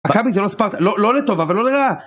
מכבי זה לא ספרטה, לא לטובה ולא לרעה.